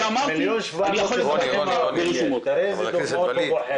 לולא היו תשובות לא הייתי עונה לך.